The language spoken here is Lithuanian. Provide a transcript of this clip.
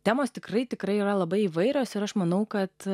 temos tikrai tikrai yra labai įvairios ir aš manau kad